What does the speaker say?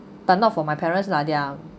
but not for my parents lah they're